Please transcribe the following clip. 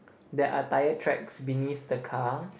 there are tire tracks beneath the car